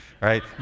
right